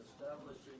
establishing